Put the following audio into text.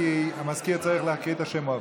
כי המזכיר צריך לקרוא את השמות.